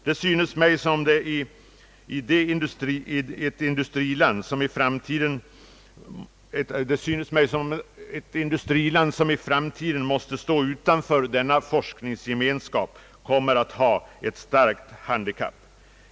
Det synes mig som om ett industriland, som i framtiden måste stå utanför denna forskningsgemenskap, kommer att ha ett starkt handikapp.